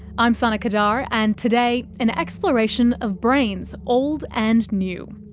i'm sana qadar, and today an exploration of brains, old and new.